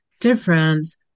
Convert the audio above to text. difference